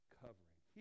covering